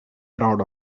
proud